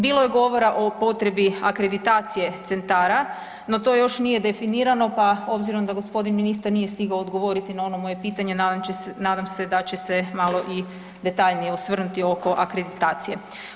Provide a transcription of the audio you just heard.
Bilo je govora o potrebi akreditacije centara, no to još nije definirano pa obzirom da gospodin ministar nije stigao odgovoriti na ono moje pitanje nadam se da će se malo i detaljnije osvrnuti oko akreditacije.